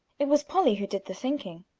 it was polly, who did the thinking.